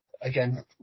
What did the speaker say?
again